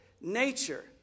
nature